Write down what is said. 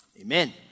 Amen